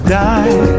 die